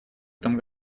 этом